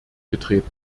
getreten